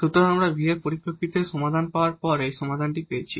সুতরাং আমরা v এর পরিপ্রেক্ষিতে সমাধান পাওয়ার পর এই সমাধানটি পেয়েছি